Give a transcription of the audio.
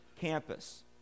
campus